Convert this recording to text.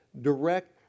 direct